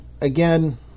again